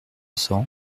cents